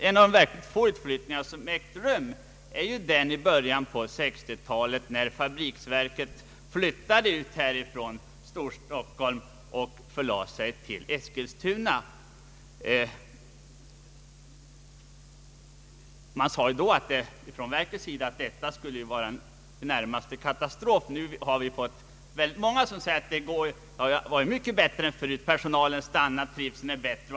En av de verkligt få utflyttningar som ägt rum var fabriksverkens flyttning i början på 1960-talet från Storstockholm till Eskilstuna. Det sades då från verkets sida att detta närmast skulle vara en katastrof. Nu säger många att det är mycket bättre än förut, att personalen stannar och att trivseln är bättre.